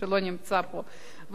שלא נמצא פה,